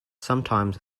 sometimes